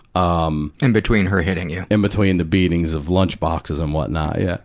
um. in between her hitting you. in between the beatings of lunchboxes and what not, yeah